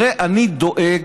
הרי אני דואג